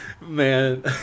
man